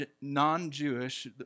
non-Jewish